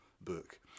book